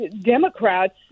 Democrats